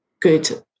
good